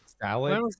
salad